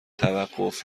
توقف